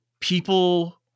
people –